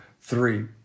three